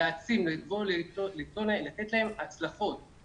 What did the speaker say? לתת להם הצלחות,